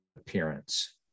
appearance